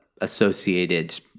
associated